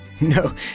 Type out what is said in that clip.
No